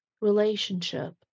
relationship